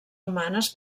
humanes